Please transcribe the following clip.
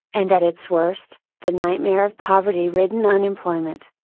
and at its worst, the nightmare of poverty ridden unemployment.